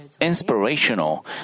inspirational